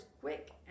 quick